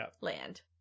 land